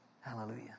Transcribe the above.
hallelujah